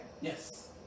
Yes